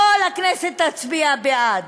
כל הכנסת תצביע בעד.